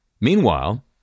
Meanwhile